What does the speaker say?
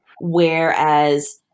Whereas